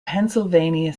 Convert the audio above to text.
pennsylvania